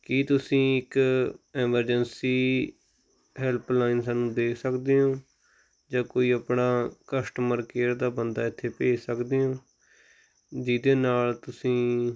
ਕੀ ਤੁਸੀਂ ਇੱਕ emergency helpline ਸਾਨੂੰ ਦੇ ਸਕਦੇ ਹੋ ਜਾਂ ਕੋਈ ਆਪਣਾ ਕਸਟਮਰ ਕੇਅਰ ਦਾ ਬੰਦਾ ਇੱਥੇ ਭੇਜ ਸਕਦੇ ਹੋ ਜਿਹਦੇ ਨਾਲ ਤੁਸੀਂ